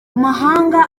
mahanga